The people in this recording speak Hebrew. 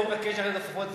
שלא תבקש אחרי זה תוספות,